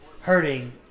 hurting